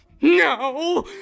no